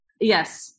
yes